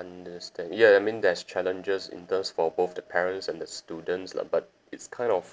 understand ya I mean there's challenges in terms for both the parents and the students lah but it's kind of